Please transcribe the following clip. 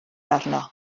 arno